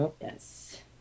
Yes